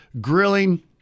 grilling